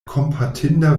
kompatinda